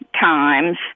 times